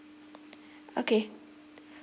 okay